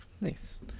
Nice